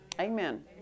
Amen